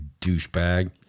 douchebag